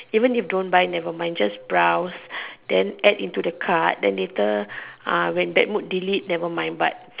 even if don't buy never mind just browse then add into the cart then later uh when bad mood delete never mind but